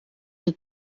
muri